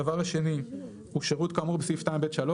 הדבר השני הוא שירות כאמור בסעיף 2(ב)(3),